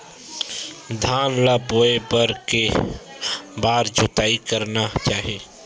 धान ल बोए बर के बार जोताई करना चाही?